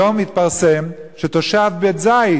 היום התפרסם שתושב בית-זית,